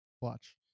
Watch